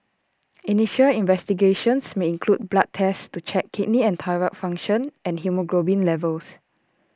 initial investigations may include blood tests to check kidney and thyroid function and haemoglobin levels